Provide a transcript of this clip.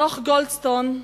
דוח גולדסטון,